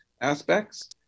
aspects